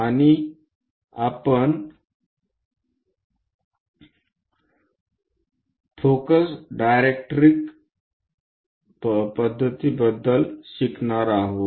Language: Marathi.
आणि आपण फोकस डायरेक्ट्रिक्स पद्धतीबद्दल शिकणार आहोत